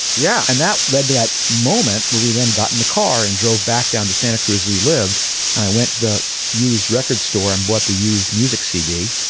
yeah. and that led to that moment where we then got in the car and drove back down to santa cruz relived and i went to the used record store and what the used music c d.